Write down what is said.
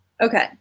Okay